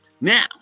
Now